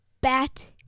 Bat